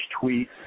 tweet